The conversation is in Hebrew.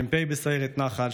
מ"פ בסיירת נח"ל,